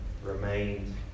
remained